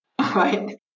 right